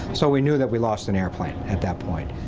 so we knew that we lost an airplane at that point.